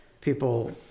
people